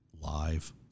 live